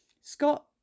Scott